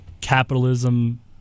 capitalism